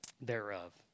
thereof